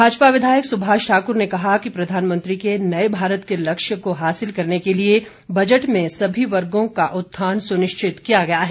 भाजपा विधायक सुभाष ठाकुर ने कहा कि प्रधानमंत्री के नए भारत के लक्ष्य को हासिल करने के लिए बजट में सभी वर्गों का उत्थान सुनिश्चित किया गया है